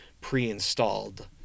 pre-installed